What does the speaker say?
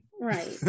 Right